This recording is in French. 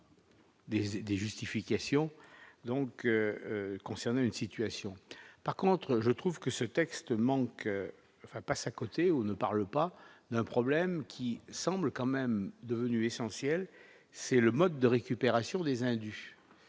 des justifications donc concerner une situation, par contre, je trouve que ce texte manque enfin passe à côté, où on ne parle pas d'un problème qui semble quand même devenu essentiel c'est le mode de récupération des indus,